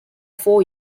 four